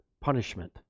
punishment